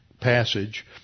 passage